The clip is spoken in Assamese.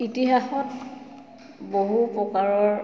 ইতিহাসত বহু প্ৰকাৰৰ